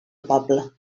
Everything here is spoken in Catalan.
poble